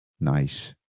nice